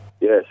Yes